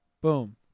Boom